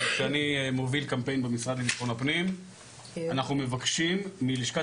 כשאני מוביל קמפיין במשרד לבטחון הפנים אנחנו מבקשים מלשכת